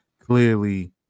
clearly